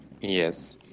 Yes